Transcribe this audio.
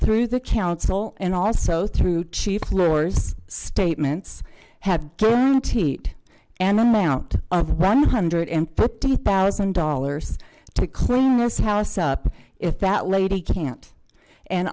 through the council and also through chief floor's statements have guaranteed an amount of one hundred and fifty thousand dollars to clean this house up if that lady can't and